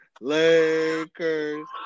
Lakers